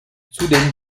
zudem